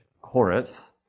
Corinth